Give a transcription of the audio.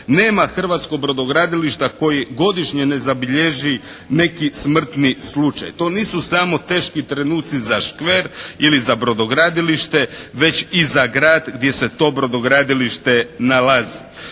Nema hrvatskog brodogradilišta koji godišnje ne zabilježi neki smrtni slučaj. To nisu samo teški trenuci za škver ili za brodogradilište, već i za grad gdi se to brodogradilište nalazi.